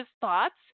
thoughts